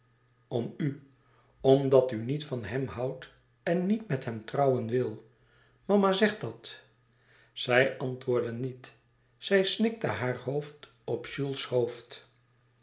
om u omdat u niet van hem houdt en niet met hem trouwen wil mama zegt dat zij antwoordde niet zij snikte haar hoofd op jules hoofd